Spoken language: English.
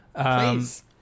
Please